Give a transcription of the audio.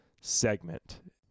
segment